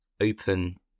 open